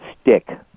stick